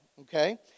okay